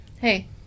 Hey